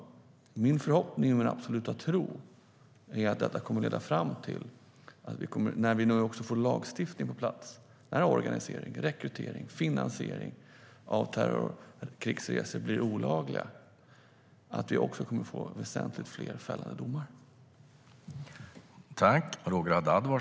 Min förhoppning och min absoluta tro är att detta, när vi nu också får lagstiftning på plats där organisering, rekrytering och finansiering av terrorkrigsresor blir olagligt, också kommer att leda till att vi får väsentligt fler fällande domar.